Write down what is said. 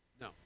No